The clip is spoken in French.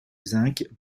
zinc